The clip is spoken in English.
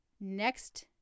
next